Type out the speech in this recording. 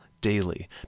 daily